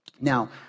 Now